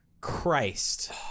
Christ